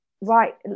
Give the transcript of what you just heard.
right